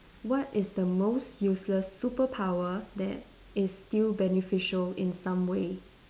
what is the most useless superpower that is still beneficial in some way